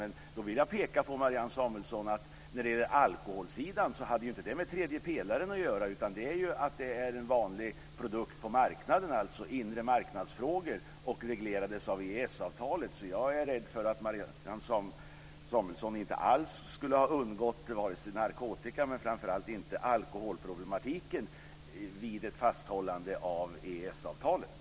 Frågan om alkohol, Marianne Samuelsson, har inte med tredje pelaren att göra. Det är en vanlig produkt på marknaden. Det är alltså en inremarknadsfråga, och det reglerades av EES-avtalet. Jag är rädd för att Marianne Samuelsson inte alls skulle ha undgått narkotikaproblematiken och framför allt inte alkoholproblematiken vid ett fasthållande av EES